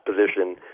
position